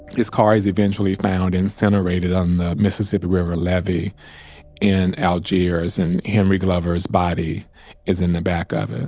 his car is eventually found incinerated on the mississippi river levee in algiers, and henry glover's body is in the back of it